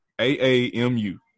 A-A-M-U